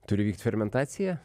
turi vykt fermentacija